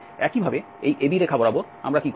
একইভাবে এই AB রেখা বরাবর আমরা কি করব